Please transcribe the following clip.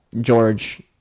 George